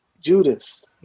Judas